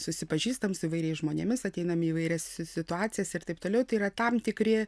susipažįstam su įvairiais žmonėmis ateinam į įvairias situacijas ir taip toliau tai yra tam tikri